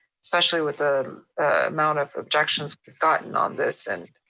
especially with the amount of objections we've gotten on this. and